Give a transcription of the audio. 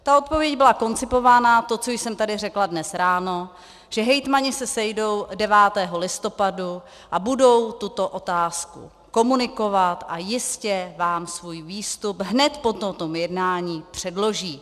Ta odpověď byla koncipována, to, co jsem tady řekla dnes ráno, že hejtmani se sejdou 9. listopadu a budou tuto otázku komunikovat a jistě vám svůj výstup hned po tomto jednání předloží.